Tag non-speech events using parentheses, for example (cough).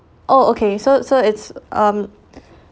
oh okay so so it's um (breath)